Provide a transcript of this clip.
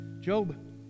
Job